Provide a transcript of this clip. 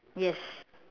yes